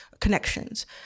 connections